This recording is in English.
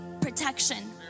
protection